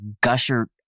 gusher